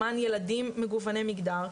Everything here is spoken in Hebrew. למען ילדים מגווני מגדר.